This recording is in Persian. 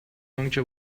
انکه